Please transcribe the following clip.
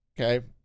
okay